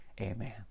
Amen